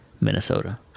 Minnesota